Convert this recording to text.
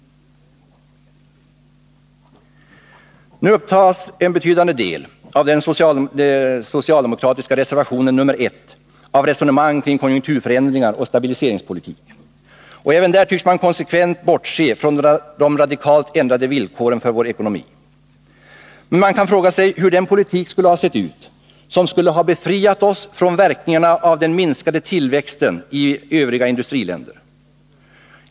En betydande del av den socialdemokratiska reservationen nr 1 upptas av resonemang kring konjunkturförändringar och stabiliseringspolitik. Även där tycks man konsekvent bortse från de radikalt ändrade villkoren för vår ekonomi. Man kan fråga sig hur den politik skulle ha sett ut som skulle ha befriat oss från verkningarna av den minskade tillväxten i övriga industriländer.